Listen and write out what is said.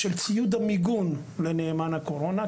של ציוד המיגון לנאמן הקורונה,